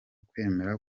kwemera